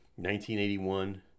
1981